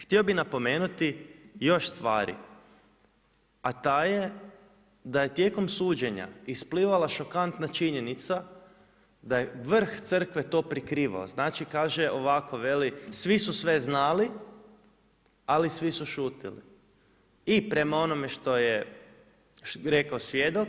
Htio bi napomenuti još stvari, a ta je da je tijekom suđenja isplivala šokantna činjenica da je vrh crvke to prikrivao, znači ovako veli svi su sve znali, ali svi su šutili i prema onome što je rekao svjedok.